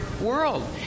world